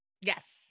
Yes